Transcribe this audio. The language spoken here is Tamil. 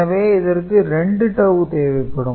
எனவே இதற்கு 2 டவூ தேவைப்படும்